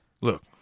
Look